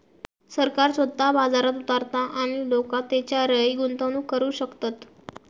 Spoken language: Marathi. सरकार स्वतः बाजारात उतारता आणि लोका तेच्यारय गुंतवणूक करू शकतत